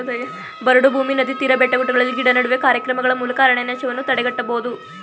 ಬರಡು ಭೂಮಿ, ನದಿ ತೀರ, ಬೆಟ್ಟಗುಡ್ಡಗಳಲ್ಲಿ ಗಿಡ ನೆಡುವ ಕಾರ್ಯಕ್ರಮಗಳ ಮೂಲಕ ಅರಣ್ಯನಾಶವನ್ನು ತಡೆಗಟ್ಟಬೋದು